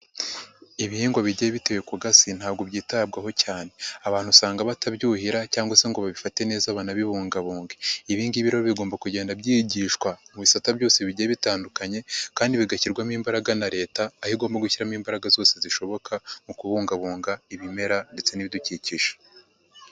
Ibihingwa bigiye biteye ku gasi ntabwo byitabwaho cyane. Abantu usanga batabyuhira cyangwa se ngo babifate neza banabibungabunge. Ibingibi bigomba kugenda byigishwa mu bisata byose bigiye bitandukanye kandi bigashyirwamo imbaraga na leta, aho igomba gushyiramo imbaraga zose zishoboka mu kubungabunga ibimera ndetse n'ibidukikije.